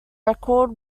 record